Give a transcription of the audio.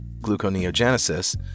gluconeogenesis